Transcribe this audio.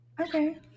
okay